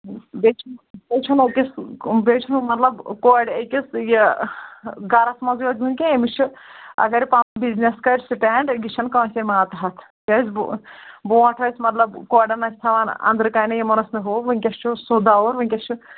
بیٚیہِ چھُ بیٚیہِ چھُنہٕ أکِس بیٚیہِ چھُنہٕ مطلب کورِ أکِس یہِ گَرَس منٛز یوٗت بِہُن کیٚنٛہہ أمِس چھُ اگر پَنُن بِزنِس کَرِ سِٹینٛڈ یہِ چھَنہٕ کٲنٛسے ماتٕحَت کیٛازِ بہٕ برونٛٹھ ٲسۍ مطلب کورٮ۪ن ٲسۍ تھاوان انٛدرٕکَنہِ یِمَن ٲسۍ نہٕ ہُہ وٕنکٮ۪س چھُ سُہ دور وٕنکٮ۪س چھُ